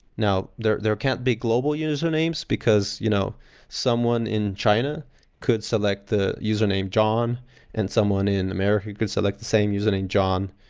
now, there there can't be global usernames because you know someone in china could select the username john and someone in america could select same username john,